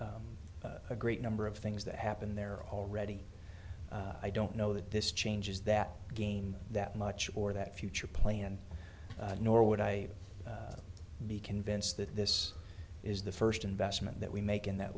there's a great number of things that happen there already i don't know that this changes that game that much or that future plan nor would i be convinced that this is the first investment that we make in that